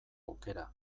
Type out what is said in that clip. aukera